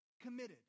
committed